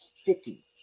sticky